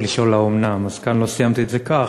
לשאול "האומנם?" אז כאן לא סיימתי את זה כך,